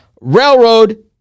Railroad